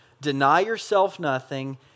deny-yourself-nothing